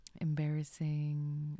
embarrassing